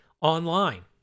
online